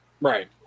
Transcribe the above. right